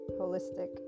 holistic